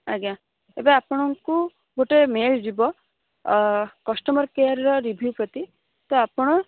ଆଜ୍ଞା ଏବେ ଆପଣଙ୍କୁ ଗୋଟେ ମେଲ୍ ଯିବ କଷ୍ଟମର କେୟାରର ରିଭ୍ୟୁ ପ୍ରତି ତ ଆପଣ